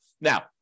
now